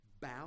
Bow